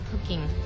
cooking